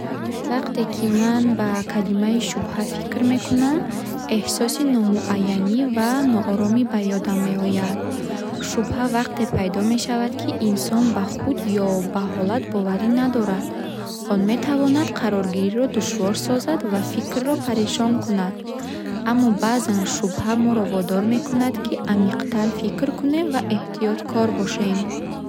Вақте ки ман ба калимаи шубҳа фикр мекунам, эҳсоси номуайянӣ ва нооромӣ ба ёдам меояд. Шубҳа вақте пайдо мешавад, ки инсон ба худ ё ба ҳолат боварӣ надорад. Он метавонад қароргириро душвор созад ва фикрро парешон кунад. Аммо баъзан шубҳа моро водор мекунад, ки амиқтар фикр кунем ва эҳтиёткор бошем.